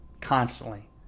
constantly